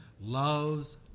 loves